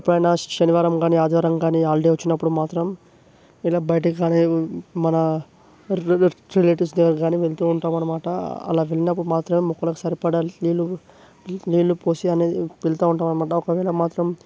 ఎప్పుడైనా శనివారం కాని ఆదివారం కాని హాలిడే వచ్చినప్పుడు మాత్రం ఇలా బయటకి కాని మన రిలేటివ్స్ దగ్గరకి కాని వెళ్తూ ఉంటాం అన్నమట అలా వెళ్ళినప్పుడు మాత్రం మొక్కలకి సరిపడా నీళ్ళు నీళ్ళు పోసి అనేది వెళ్తూ ఉంటాం అన్నమాట ఒకవేళ మాత్రం